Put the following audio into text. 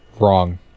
Wrong